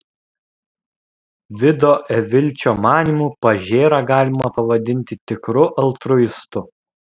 vido evilčio manymu pažėrą galima pavadinti tikru altruistu